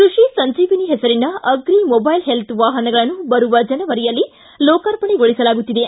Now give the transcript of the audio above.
ಕೃಷಿ ಸಂಜೀವಿನಿ ಹೆಸರಿನ agri mobile health ವಾಹನಗಳನ್ನು ಬರುವ ಜನವರಿಯಲ್ಲಿ ಲೋರ್ಕಾಪಣೆಗೊಳಿಸಲಾಗುತ್ತಿದೆ